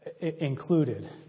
included